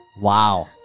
Wow